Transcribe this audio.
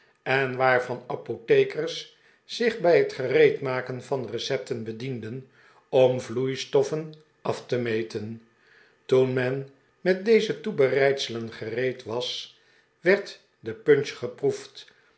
en waarvan apothekers zich bij het gereedmaken van recepten bedienen om vloeistoffen af te meten toen men met deze toebereidselen gereed was werd de punch geproefd